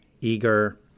eager